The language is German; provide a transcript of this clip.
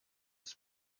ist